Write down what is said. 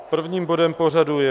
Prvním bodem pořadu je